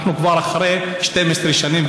אנחנו כבר אחרי 12 שנים,